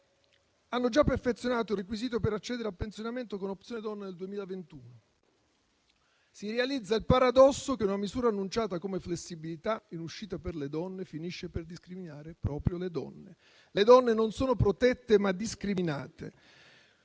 hanno già perfezionato il requisito per accedere al pensionamento con Opzione donna nel 2021. Si realizza il paradosso che una misura annunciata come flessibilità in uscita per le donne finisce per discriminare proprio le donne. Le donne non sono protette, ma discriminate.